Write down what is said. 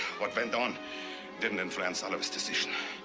what went on didn't influence oliver's decision.